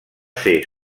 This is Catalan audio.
ser